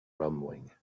rumbling